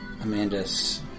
Amanda's